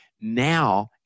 Now